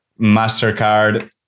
mastercard